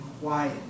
quiet